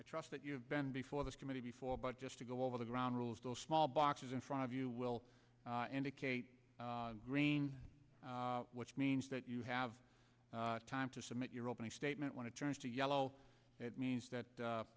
i trust that you have been before this committee before but just to go over the ground rules those small boxes in front of you will indicate greene which means that you have time to submit your opening statement want to turn to yellow it means that